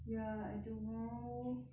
ya I tomorrow